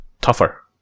tougher